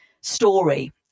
story